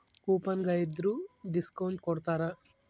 coupon ಗಳಿದ್ರ discount ಕೊಡ್ತಾರ